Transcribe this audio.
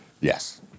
Yes